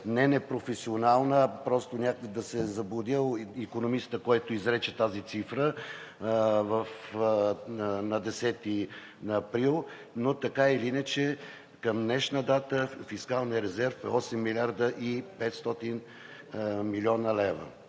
не непрофесионална, а просто някой да се е заблудил – икономистът, който изрече тази цифра на 10 април. Но, така или иначе, към днешна дата фискалният резерв е 8 млрд. 500 млн. лв.